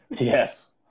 Yes